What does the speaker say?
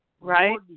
right